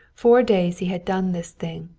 four days he had done this thing,